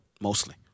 mostly